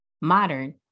modern